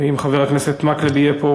ואם חבר הכנסת מקלב יהיה פה,